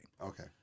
Okay